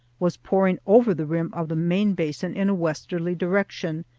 was pouring over the rim of the main basin in a westerly direction,